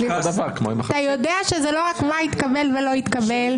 אתה יודע שזה לא רק מה התקבל ולא התקבל.